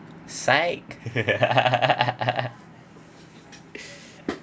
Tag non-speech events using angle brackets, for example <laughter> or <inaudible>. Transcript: sight <laughs>